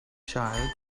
child